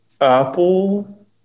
Apple